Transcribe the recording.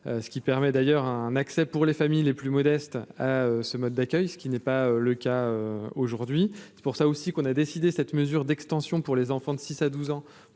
ce qui permet d'ailleurs un accès pour les familles les plus modestes, ce mode d'accueil, ce qui n'est pas le cas aujourd'hui, c'est pour ça aussi qu'on a décidé cette mesure d'extension pour les enfants de 6 à 12 ans